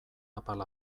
apal